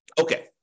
Okay